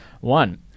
one